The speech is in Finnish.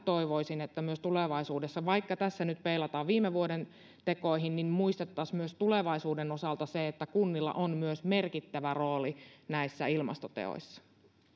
toivoisin että vaikka tässä nyt peilataan viime vuoden tekoihin niin muistettaisiin myös tulevaisuuden osalta se että kunnilla on myös merkittävä rooli näissä ilmastoteoissa